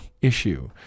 issue